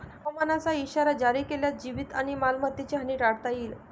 हवामानाचा इशारा जारी केल्यास जीवित आणि मालमत्तेची हानी टाळता येईल